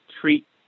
treat